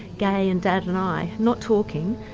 gay and dad and i, not talking,